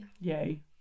Yay